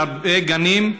להרבה גנים,